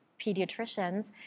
pediatricians